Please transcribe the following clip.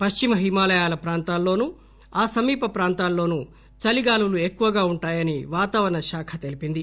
పశ్చిమ హిమాలయా ప్రాంతాల్లోనూ ఆ సమీప ప్రాంతాల్లోనూ చలిగాలులు ఎక్కువగా ఉంటాయని వాతావరణ శాఖ తెలిపింది